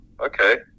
okay